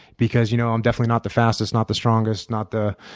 because you know i'm definitely not the fastest, not the strongest, not the